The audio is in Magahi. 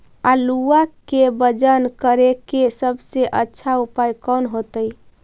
आलुआ के वजन करेके सबसे अच्छा उपाय कौन होतई?